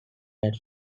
lights